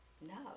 No